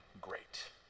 great